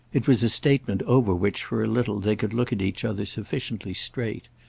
it was a statement over which, for a little, they could look at each other sufficiently straight,